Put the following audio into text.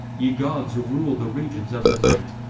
ye gods who rule the regions of the night,